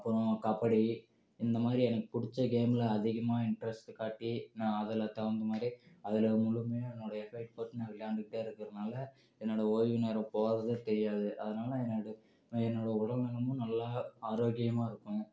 அப்புறம் கபடி இந்த மாதிரி எனக்கு பிடிச்ச கேமில் அதிகமாக இன்ட்ரெஸ்ட்டு காட்டி நான் அதில் தகுந்த மாதிரி அதில் முழுமையாக என்னோடய எஃபெக்ட் போட்டு நான் விளையாண்டுக்கிட்டு இருக்கறானால என்னோடய ஓய்வு நேரம் போகிறதே தெரியாது அதனால என்னோடய என்னோடய உடல் நலமும் நல்லா ஆரோக்கியமாக இருக்கும்